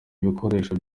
ibikoresho